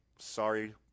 Sorry